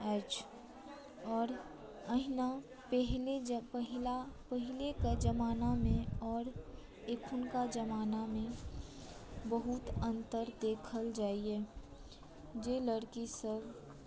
अछि और अहिना पहिलेके जमानामे औरत एखुनका जमानामे बहुत अन्तर देखल जाइया जे लड़की सभ